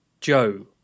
joe